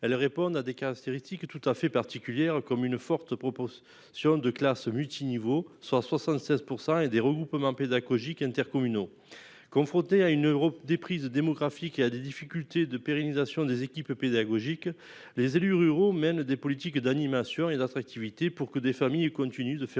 Elle répond à des 15. Tout à fait particulière, comme une forte propose sur deux classes multiniveaux soit 76% et des regroupements pédagogiques intercommunaux. Confronté à une Europe déprise démographique et à des difficultés de pérennisation des équipes pédagogiques, les élus ruraux mènent des politiques d'animations et d'attractivité pour que des familles et continue de faire